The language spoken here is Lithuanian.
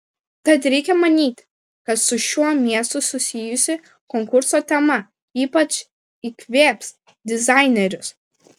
tad reikia manyti kad su šiuo miestu susijusi konkurso tema ypač įkvėps dizainerius